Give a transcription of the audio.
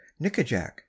Nickajack